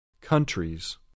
Countries